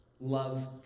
love